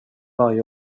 varje